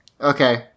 Okay